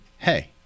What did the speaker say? hey